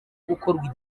gukorwa